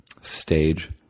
stage